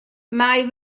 mae